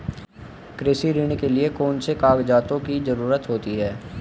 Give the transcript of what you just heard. कृषि ऋण के लिऐ कौन से कागजातों की जरूरत होती है?